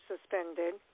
suspended